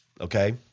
Okay